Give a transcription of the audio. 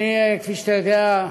כפי שאתה יודע,